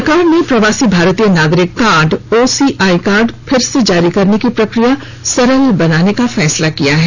सरकार ने प्रवासी भारतीय नागरिक कार्ड ओसीआई कार्ड फिर जारी करने की प्रक्रिया सरल बनाने का फैसला किया है